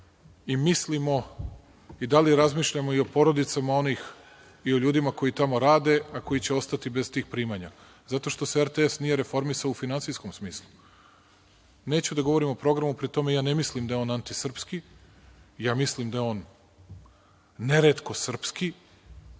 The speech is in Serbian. i mislimo i dalje razmišljamo i o porodicama onih i o ljudima koji tamo rade, a koji će ostati bez tih primanja, zato što se RTS nije reformisao u finansijskom smislu. Neću da govorim o programu, pri tome ne mislim da je on antisrpski, ja mislim da je on neretko srpski,